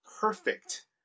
perfect